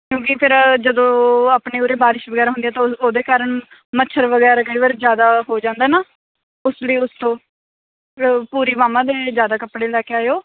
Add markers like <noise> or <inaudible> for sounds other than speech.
ਕਿਉਂਕਿ ਫਿਰ ਜਦੋਂ ਆਪਣੇ ਉਰੇ ਬਾਰਿਸ਼ ਵਗੈਰਾ ਹੁੰਦੀ ਹੈ ਤਾਂ ਉਹ ਉਹਦੇ ਕਾਰਨ ਮੱਛਰ ਵਗੈਰਾ ਕਈ ਵਾਰ ਜ਼ਿਆਦਾ ਹੋ ਜਾਂਦਾ ਨਾ <unintelligible> ਉੱਤੋਂ ਫਿਰ ਪੂਰੀ ਬਾਹਵਾਂ ਦੇ ਜ਼ਿਆਦਾ ਕੱਪੜੇ ਲੈ ਕੇ ਆਇਓ